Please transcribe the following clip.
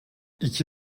iki